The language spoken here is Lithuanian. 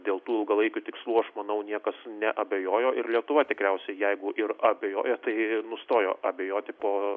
dėl tų ilgalaikių tikslų aš manau niekas neabejojo ir lietuva tikriausiai jeigu ir abejojo tai nustojo abejoti po